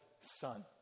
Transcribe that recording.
Son